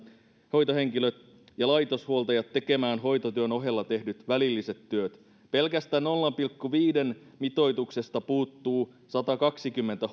hoitohenkilöt ja laitoshuoltajat tekemään hoitotyön ohella tehtävät välilliset työt pelkästään nolla pilkku viiden mitoituksesta puuttuu satakaksikymmentä